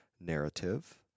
narrative